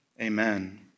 amen